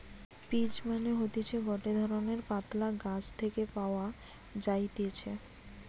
peach মানে হতিছে গটে ধরণের পাতলা গাছ থেকে পাওয়া যাইতেছে